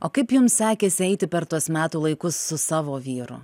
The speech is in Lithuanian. o kaip jums sekėsi eiti per tuos metų laikus su savo vyru